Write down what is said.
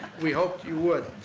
we hoped you would.